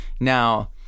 Now